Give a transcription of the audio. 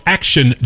Action